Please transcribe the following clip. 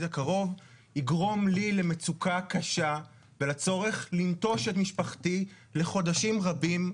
הקרוב יגרום לי למצוקה קשה ולצורך לנטוש את משפחתי לחודשים רבים,